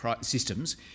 systems